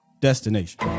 destination